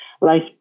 life